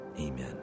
amen